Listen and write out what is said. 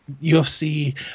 ufc